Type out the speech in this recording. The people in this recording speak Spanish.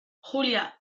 julia